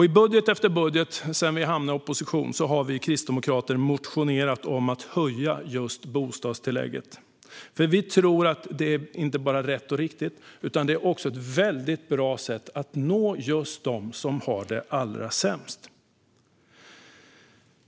I budget efter budget sedan vi hamnade i opposition har vi kristdemokrater motionerat om att höja just bostadstillägget. Vi tror att det inte bara är rätt och riktigt utan också ett mycket bra sätt att nå just dem som har det allra sämst.